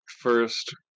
first